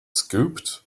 scooped